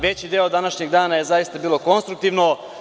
Veći deo današnjeg dana je zaista bilo konstruktivno.